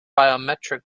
biometric